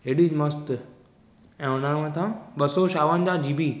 हेॾी मस्तु ऐं हुन जे मथां ॿ सौ छावंजाह जी बी